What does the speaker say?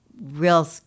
real